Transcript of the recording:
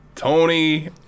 Tony